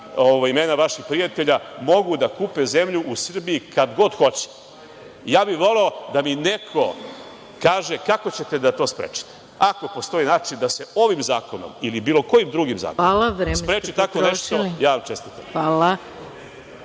imena vaših prijatelja, mogu da kupe zemlju u Srbiji kad god hoće. Voleo bih da mi neko kaže kako ćete to da sprečite. Ako postoji način da se ovim zakonom ili bilo kojim drugim zakonom spreči tako nešto, ja vam čestitam.